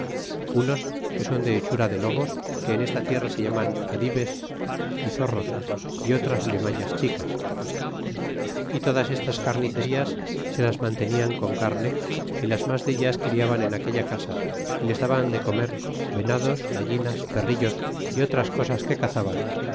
unos que son de hechura de lobos que en esta tierra se llaman adh es y zorros y otras alimañas chicas y todas estas carniceras se las mantenian con carne y las mas dellas criaban en aquella casa y les daban de comer venados gallinas perrillos y otras cosas que cazaban